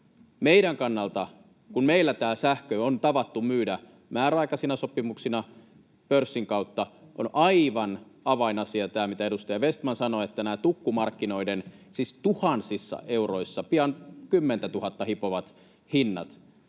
Meidän kannaltamme, kun meillä sähkö on tavattu myydä määräaikaisina sopimuksina pörssin kautta, on aivan avainasia tämä, mitä edustaja Vestman sanoi, että nämä tukkumarkkinoiden hinnat — siis tuhansissa euroissa, pian kymmentätuhatta hipovat hinnat